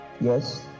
yes